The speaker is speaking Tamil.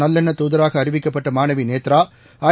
நல்லெண்ண துதராக அறிவிக்கப்பட்ட மாணவி நேத்ரா ஐ